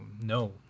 no